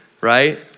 Right